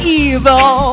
evil